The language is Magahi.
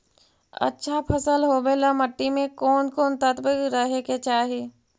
अच्छा फसल होबे ल मट्टी में कोन कोन तत्त्व रहे के चाही?